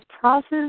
process